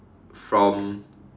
from